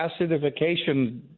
acidification